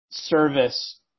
service